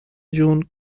جون